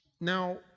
Now